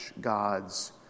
God's